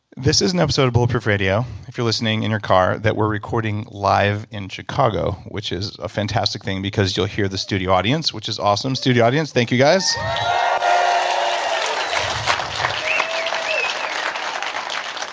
this is an episode of bulletproof radio, if you're listening in your car, that we're recording live in chicago, which is a fantastic thing because you'll hear the studio audience, which is awesome. studio audience, thank you guys um